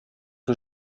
que